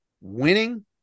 winning